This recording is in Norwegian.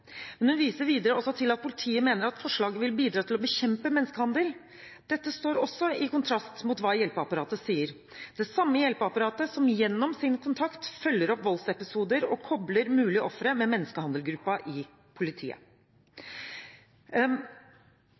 Men hun viser videre også til at politiet mener at forslaget vil bidra til å bekjempe menneskehandel. Dette står også i kontrast til hva hjelpeapparatet sier, det samme hjelpeapparatet som gjennom sin kontakt følger opp voldsepisoder og kobler mulige ofre med menneskehandelgruppen i politiet.